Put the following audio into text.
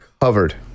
Covered